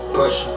push